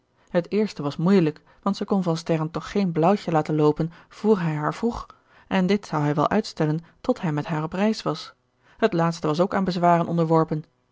het eerste was moeielijk want zij kon van sterren toch geen blauwtje laten loopen vr hij haar vroeg en dit zou hij wel uitstellen tot hij met haar op reis was het laatste was ook aan bezwaren onderworpen